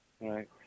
Right